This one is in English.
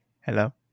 Hello